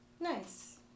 Nice